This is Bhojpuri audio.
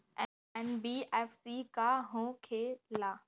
एन.बी.एफ.सी का होंखे ला?